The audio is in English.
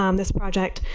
um this project,